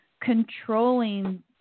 controlling